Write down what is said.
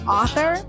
author